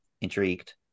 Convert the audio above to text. intrigued